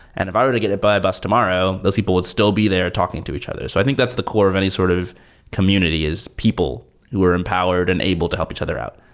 and if i were to get a buy bust tomorrow, those people would still be there talking to each other. so i think that's the core of any sort of community, is people who are empowered and able to help each other out.